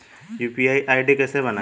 UPI ID कैसे बनाएं?